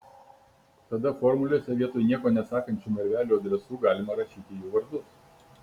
tada formulėse vietoj nieko nesakančių narvelių adresų galima rašyti jų vardus